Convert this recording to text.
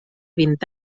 vint